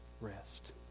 rest